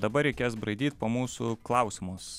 dabar reikės braidyt po mūsų klausimus